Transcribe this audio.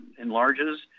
enlarges